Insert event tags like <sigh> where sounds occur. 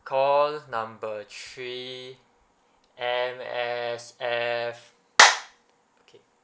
call number three M_S_F <noise> okay